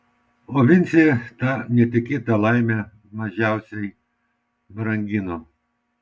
o vincė tą netikėtą laimę mažiausiai brangino